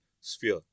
sphere